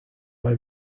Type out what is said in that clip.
mal